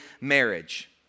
marriage